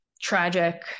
tragic